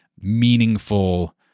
meaningful